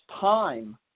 time